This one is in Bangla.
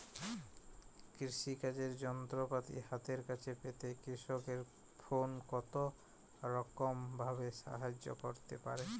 কৃষিকাজের যন্ত্রপাতি হাতের কাছে পেতে কৃষকের ফোন কত রকম ভাবে সাহায্য করতে পারে?